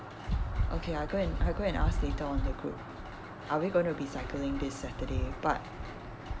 okay I will go I will go and ask later on the group are we going to be cycling this saturday but